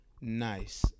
Nice